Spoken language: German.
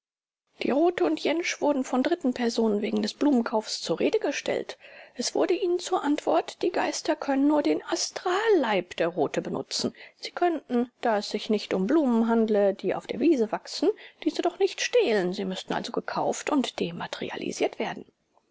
die rothe und jentsch wurden von dritten personen wegen des blumenkaufs zur rede gestellt es wurde ihnen zur antwort die geister können nur den astralleib der rothe benutzen sie könnten da es sich nicht um blumen handle die auf der wiese wachsen diese doch nicht stehlen sie müßten also gekauft und dematerialisiert werden